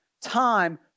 time